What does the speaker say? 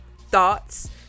thoughts